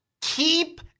Keep